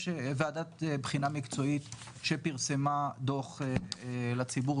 יש ועדת בחינה מקצועית שפרסמה דוח לציבור,